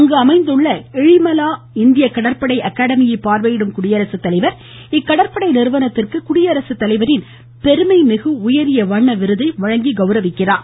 அங்கு அமைந்துள்ள எழிமலா இந்திய கடற்படை அகாடமியை பார்வையிடும் குடியரசுத்தலைவர் இக்கடற்படை நிறுவனத்திற்கு குடியரசுத்தலைவரின் பெருமைமிகு வண்ணங்கள் உயரிய விருதை வழங்கி கௌரவிக்கிறார்